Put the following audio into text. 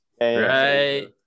right